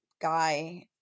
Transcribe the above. guy